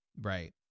right